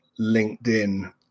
LinkedIn